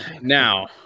now